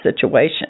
situation